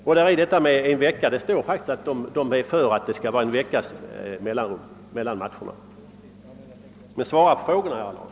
Vidare står det faktiskt i utredningens betänkande att den förordar en veckas mellanrum mellan varje match. Svara på frågorna, herr Allard!